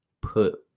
put